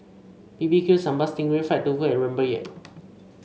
B B Q Sambal Sting Ray Fried Tofu and Rempeyek